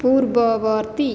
ପୂର୍ବବର୍ତ୍ତୀ